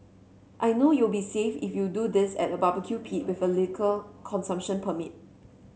I know you'll be safe if you do this at a barbecue pit with a liquor consumption permit